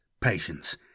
patience